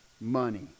money